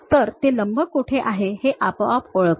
तर ते लम्ब कोठे आहे हे आपोआप ओळखते